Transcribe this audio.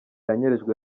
yanyerejwe